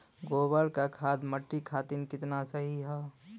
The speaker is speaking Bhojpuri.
गोबर क खाद्य मट्टी खातिन कितना सही ह?